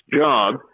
job